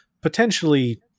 potentially